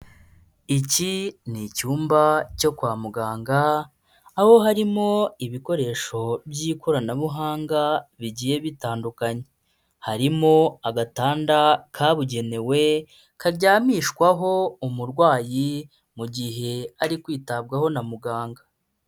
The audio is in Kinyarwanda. Iki ni icyumba cyo kwa muganga, aho harimo ibikoresho by'ikoranabuhanga bigiye bitandukanye. Harimo agatanda kabugenewe, karyamishwaho umurwayi, mu gihe ari kwitabwaho na muganga.